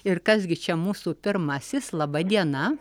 ir kas gi čia mūsų pirmasis laba diena